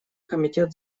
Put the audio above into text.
комитет